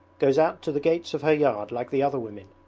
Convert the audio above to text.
goes out to the gates of her yard like the other women,